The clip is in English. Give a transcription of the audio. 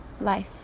life